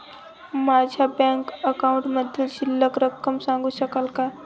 माझ्या बँक अकाउंटमधील शिल्लक रक्कम सांगू शकाल का?